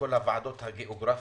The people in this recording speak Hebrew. ועדות גיאוגרפיות,